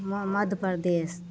Madhya Pradesh